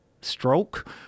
stroke